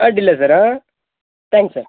ಅಡ್ಡಿಲ್ಲ ಸರ್ ಹಾಂ thanks sir